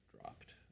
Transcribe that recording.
dropped